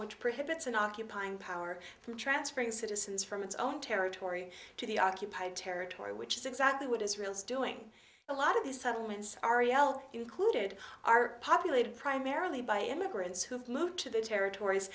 which prohibits an occupying power from transferring citizens from its own territory to the occupied territory which is exactly what israel is doing a lot of these settlements arielle included are populated primarily by immigrants who have moved to the territories